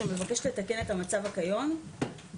שמבקשת לתקן את המצב הקיים היום,